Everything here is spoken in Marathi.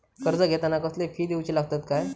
कर्ज घेताना कसले फी दिऊचे लागतत काय?